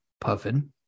Puffin